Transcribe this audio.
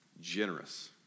generous